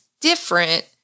different